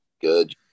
good